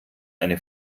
eine